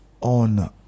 on